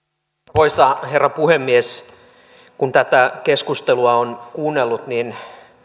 arvoisa herra puhemies kun tätä keskustelua on kuunnellut niin